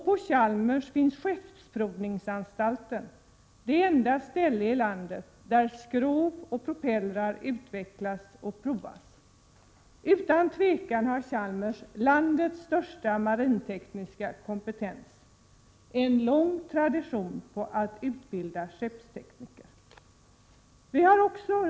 På Chalmers finns också Skeppsprovningsanstalten — det enda ställe i landet, där skrov och propellrar utvecklas och provas. Utan tvivel har Chalmers landets största marintekniska kompetens, en lång tradition på att utbilda skeppstekniker.